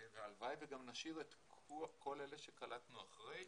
והלוואי וגם נשאיר את כל אלה שקלטנו אחרי,